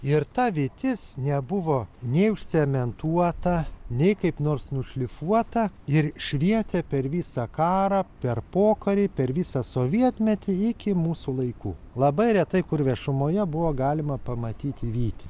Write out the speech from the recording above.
ir ta vytis nebuvo nei užcementuota nei kaip nors nušlifuota ir švietė per visą karą per pokarį per visą sovietmetį iki mūsų laikų labai retai kur viešumoje buvo galima pamatyti vytį